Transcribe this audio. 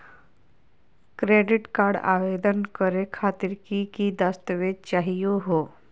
Credit card आवेदन करे खातिर की की दस्तावेज चाहीयो हो?